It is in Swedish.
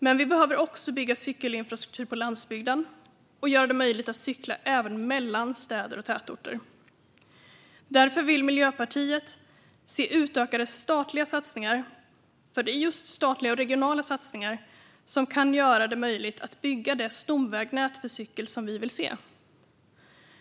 Men vi behöver också bygga cykelinfrastruktur på landsbygden och göra det möjligt att cykla även mellan städer och tätorter. Därför vill Miljöpartiet se utökade statliga satsningar, för det är just statliga och regionala satsningar som kan göra det möjligt att bygga det stomvägnät för cykel som vi vill se.